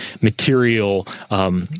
material